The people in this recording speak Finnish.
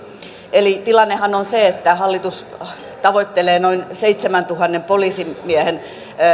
eli tilannehan on se että hallitus tavoittelee noin seitsemäntuhannen poliisimiehen